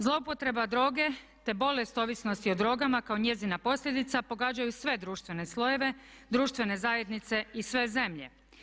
Zloupotreba droge te bolest ovisnosti o drogama kao njezina posljedica pogađaju sve društvene slojeve, društvene zajednice i sve zemlje.